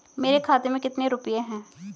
मेरे खाते में कितने रुपये हैं?